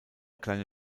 kleine